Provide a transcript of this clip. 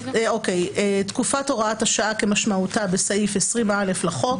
הארכת תקופת הוראת השעה 1. תקופת הוראת השעה כמשמעותה בסעיף 20(א) לחוק